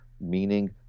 meaning